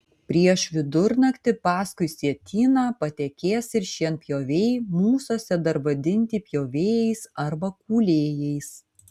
prieš vidurnaktį paskui sietyną patekės ir šienpjoviai mūsuose dar vadinti pjovėjais arba kūlėjais